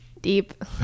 Deep